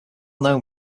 known